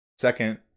second